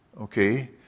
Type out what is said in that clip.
Okay